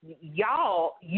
y'all